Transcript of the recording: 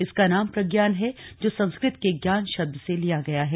इसका नाम प्रज्ञान है जो संस्कृत के ज्ञान शब्द से लिया गया है